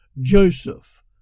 Joseph